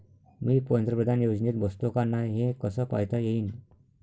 मी पंतप्रधान योजनेत बसतो का नाय, हे कस पायता येईन?